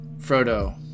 Frodo